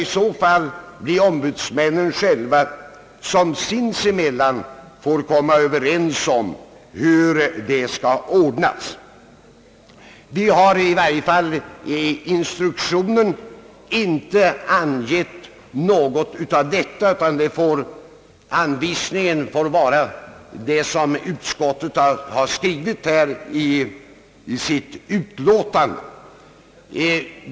I så fall får ombudsmännen själva sinsemellan komma överens om hur fördelningen skall ske. Vi har i varje fall i instruktionen inte angett någon fördelning, utan man får följa den anvisning som framgår av utskottets skrivning i utlåtandet.